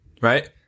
Right